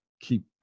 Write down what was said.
keep